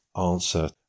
answer